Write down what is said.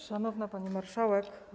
Szanowna Pani Marszałek!